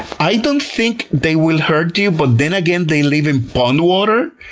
i don't think they will hurt you, but then again they live in pond water,